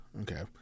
Okay